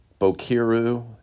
Bokiru